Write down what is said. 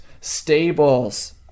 stables